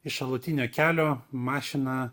iš šalutinio kelio mašina